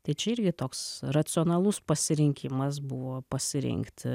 tai čia irgi toks racionalus pasirinkimas buvo pasirinkt